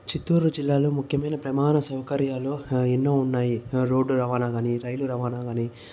చిత్తూరు జిల్లాలో ముఖ్యమైన ప్రమాణ సౌకర్యాలు ఎన్నో ఉన్నాయి రోడ్లు రవాణా కానీ రైళ్లు రవాణా కానీ